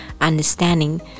understanding